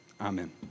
Amen